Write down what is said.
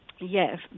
Yes